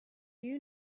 you